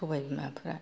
सबाय बिमाफ्रा